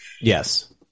Yes